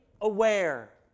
aware